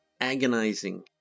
agonizing